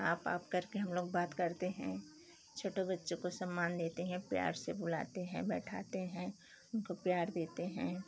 आप आप करके हम लोग बात करते हैं छोटो बच्चों को सम्मान देते हैं प्यार से बुलाते हैं बैठाते हैं उनको प्यार देते हैं